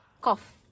cough